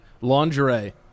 Lingerie